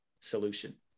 solution